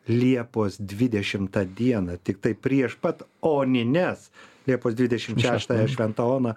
liepos dvidešimtą dieną tiktai prieš pat onines liepos dvidešimt šeštąją šventa ona